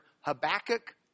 Habakkuk